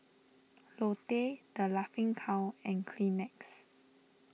Lotte the Laughing Cow and Kleenex